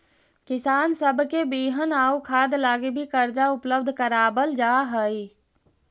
किसान सब के बिहन आउ खाद लागी भी कर्जा उपलब्ध कराबल जा हई